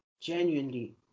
Genuinely